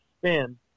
spin